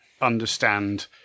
understand